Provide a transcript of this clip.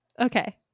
Okay